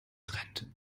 trend